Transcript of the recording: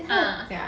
ah